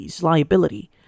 liability